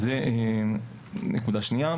זו נקודה שנייה.